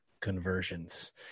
conversions